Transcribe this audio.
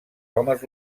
homes